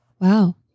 Wow